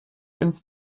ins